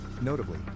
Notably